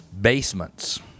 Basements